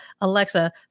Alexa